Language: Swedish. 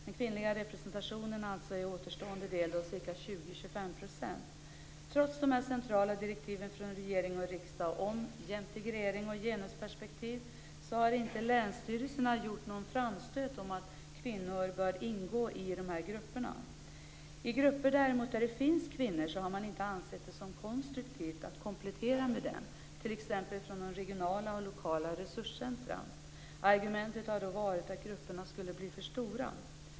Den kvinnliga representationen är alltså återstående del, ca 20-25 %. Trots de centrala direktiven från regering och riksdag om jämtegrering och genusperspektiv har inte länsstyrelserna gjort någon framstöt om att kvinnor bör ingå i dessa grupper. I grupper där det finns kvinnor har man inte ansett det som konstruktivt att komplettera med kvinnor, t.ex. från regionala och lokala resurscenter. Argumentet har varit att grupperna då skulle bli för stora.